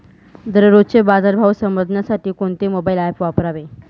दररोजचे बाजार भाव समजण्यासाठी कोणते मोबाईल ॲप वापरावे?